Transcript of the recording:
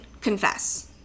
confess